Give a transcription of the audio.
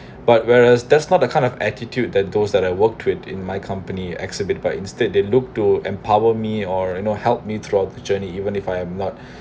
but whereas that's not the kind of attitude that those that I worked with in my company exhibit but instead they look to empower me or you know helped me throughout the journey even if I am not